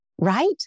right